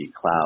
cloud